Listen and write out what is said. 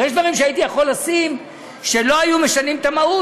הרי יש דברים שהייתי יכול לשים שלא היו משנים את המהות,